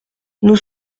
nous